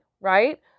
right